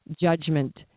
judgment